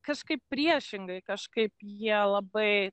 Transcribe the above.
kažkaip priešingai kažkaip jie labai